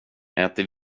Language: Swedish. äter